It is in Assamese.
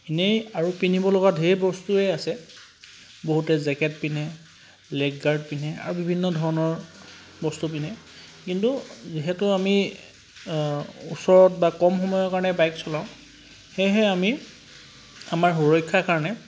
এনেই আৰু পিন্ধিব লগা ঢেৰ বস্তুৱেই আছে বহুতে জেকেট পিন্ধে লেগ গাৰ্ড পিন্ধে আৰু বিভিন্ন ধৰণৰ বস্তু পিন্ধে কিন্তু যিহেতু আমি ওচৰত বা কম সময়ৰ কাৰণে বাইক চলাওঁ সেয়েহে আমি আমাৰ সুৰক্ষাৰ কাৰণে